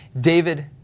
David